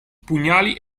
pugnali